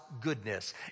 goodness